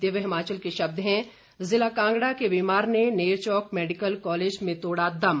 दिव्य हिमाचल के शब्द हैं जिला कांगड़ा के बीमार ने नेरचौक मेडिकल कालेज में तोड़ा दम